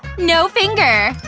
no finger!